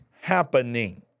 happening